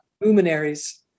luminaries